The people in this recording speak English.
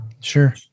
Sure